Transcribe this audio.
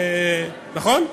נכון,